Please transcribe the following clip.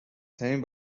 ترین